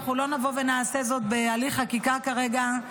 אנחנו לא נבוא ונעשה זאת בהליך חקיקה כרגע,